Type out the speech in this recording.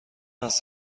است